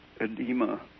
edema